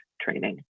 training